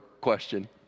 question